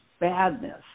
badness